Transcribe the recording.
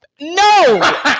No